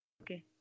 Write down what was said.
Okay